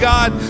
God